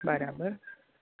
બરાબર